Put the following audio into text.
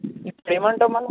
ఇప్పుడు ఏమంటావు మళ్ళా